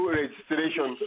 registration